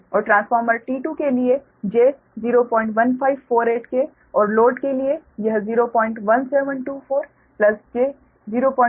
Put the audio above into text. और transformer T2 लिए j01548 के और लोड के लिए यह 01724 j00646 प्रति यूनिट है